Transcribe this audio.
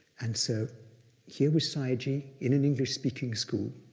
and so here was sayagyi in an english-speaking school.